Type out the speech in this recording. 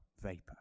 vapor